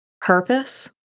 purpose